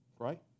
right